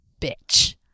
bitch